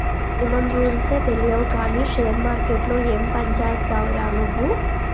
Minimum రూల్సే తెలియవు కానీ షేర్ మార్కెట్లో ఏం పనిచేస్తావురా నువ్వు?